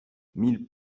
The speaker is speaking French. mille